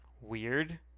weird